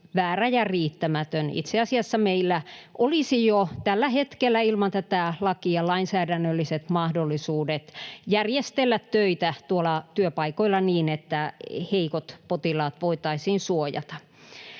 väärä ja riittämätön. Itse asiassa meillä olisi jo tällä hetkellä ilman tätä lakia lainsäädännölliset mahdollisuudet järjestellä töitä työpaikoilla niin, että heikot potilaat voitaisiin suojata.